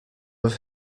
have